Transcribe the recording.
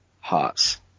hearts